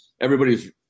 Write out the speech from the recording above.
everybody's